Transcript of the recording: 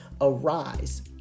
Arise